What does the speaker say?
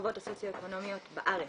הסוציו אקונומיות בארץ,